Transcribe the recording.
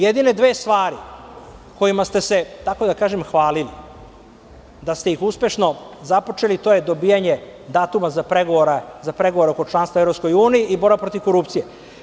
Jedine dve stvari kojima ste da kažem hvalili da ste ih uspešno započeli, to je dobijanje datuma za pregovore oko članstva u EU i borba protiv korupcije.